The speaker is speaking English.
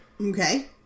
Okay